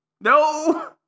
No